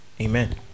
Amen